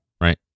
Right